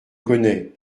connais